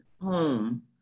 home